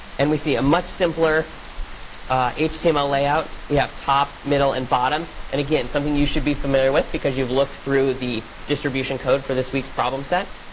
and we see a much simpler html layout. we have top, middle, and bottom. and again, something you should be familiar with, because you've looked through the distribution code for this week's problem set.